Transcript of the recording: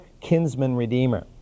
kinsman-redeemer